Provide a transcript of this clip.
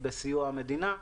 בסיוע המדינה,